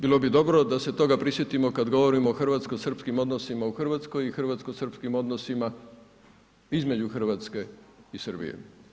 Bilo bi dobro da se toga prisjetimo kad govorimo o hrvatsko-srpskim odnosima u Hrvatskoj i hrvatsko-srpskim odnosima između Hrvatske i Srbije.